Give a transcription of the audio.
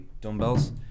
Dumbbells